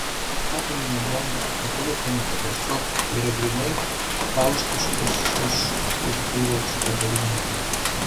atominė bomba ekologinė katastrofa yra grynai faustiškosios kultūros padariniai